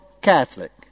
Catholic